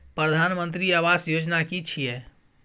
प्रधानमंत्री आवास योजना कि छिए?